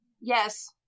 Yes